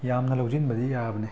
ꯌꯥꯝꯅ ꯂꯧꯁꯤꯟꯕꯗꯤ ꯌꯥꯕꯅꯦ